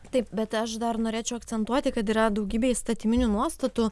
taip bet aš dar norėčiau akcentuoti kad yra daugybė įstatyminių nuostatų